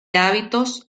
hábitos